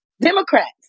Democrats